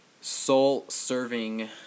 soul-serving